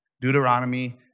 Deuteronomy